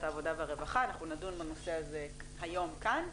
העבודה והרווחה אנחנו נדון בנושא הזה היום כאן.